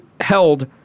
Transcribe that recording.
held